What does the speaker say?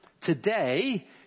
Today